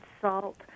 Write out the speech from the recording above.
salt